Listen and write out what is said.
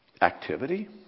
activity